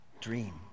dream